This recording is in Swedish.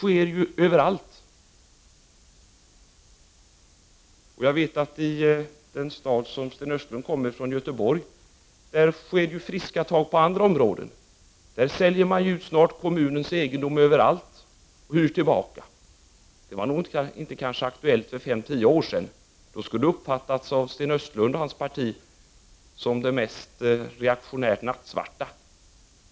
Denna omvärdering sker ju överallt. I den stad som Sten Östlund kommer från, Göteborg, tas det friska tag på andra områden. Där säljer man ut kommunens egendom och hyr sedan. Detta var inte aktuellt för fem eller tio år sedan, då det av Sten Östlund och hans parti skulle ha uppfattats som det mest reaktionärt nattsvarta.